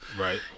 right